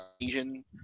Asian